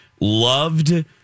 loved